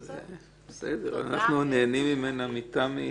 בסדר, אנחנו נהנים מתמי.